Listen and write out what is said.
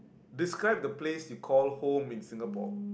describe the place you call home in Singapore